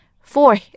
Four